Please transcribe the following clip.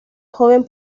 joven